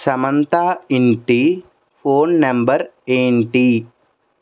సమంతా ఇంటి phone number ఏంటి